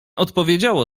odpowiedziało